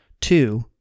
Two